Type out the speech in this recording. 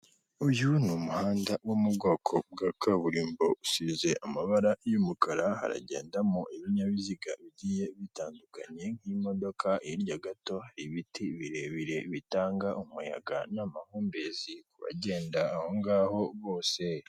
Uyu ni umuhanda wo mu bwoko bwa kaburimbo usize amabara y'umukara haragendamo ibinyabiziga bigiye bitandukanye nk'imodoka hirya gato ibiti birebire bitanga umuyaga n'amahumbezi kubagenda ngaho bose.